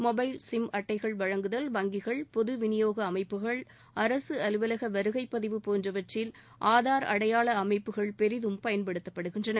mobile sim அட்டைகள் வழங்குதல் வங்கிகள் பொதுவிநியோக அமைப்புகள் அரசு அலுவலக வருகைப்பதிவு போன்றவற்றில் ஆதார் அடையாள அமைப்புகள் பெரிதும் பயன்படுத்தப்படுகின்றன